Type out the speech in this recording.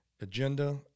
agenda